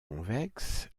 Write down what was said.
convexe